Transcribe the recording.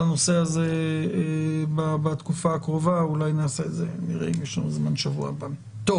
הנושא הזה ונראה אם יש לנו זמן בשבוע הבא לקיים אותו.